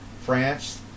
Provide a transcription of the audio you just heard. France